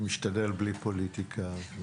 אני משתדל בלי פוליטיקה...